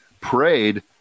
prayed –